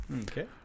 Okay